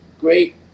great